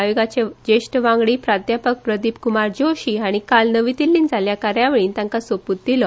आयोगाचे जेष्ट वांगडी प्राध्यापक प्रदीप कूमार जोशी हांणी काल नवी दिछीत जाल्ल्या कार्यावळीत तांका सोपूत दिली